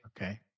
Okay